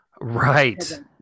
Right